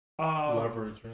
leverage